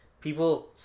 People